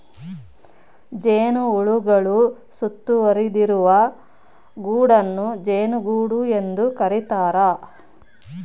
ಜೇನುಹುಳುಗಳು ಸುತ್ತುವರಿದಿರುವ ಗೂಡನ್ನು ಜೇನುಗೂಡು ಎಂದು ಕರೀತಾರ